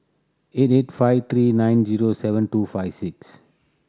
eight eight five three nine zero seven two five six